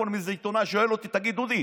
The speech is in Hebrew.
יהודי אתיופיה שעלו לארץ ישראל דרך סודאן,